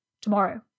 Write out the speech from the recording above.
to-morrow